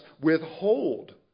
withhold